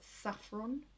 saffron